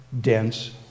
dense